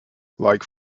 like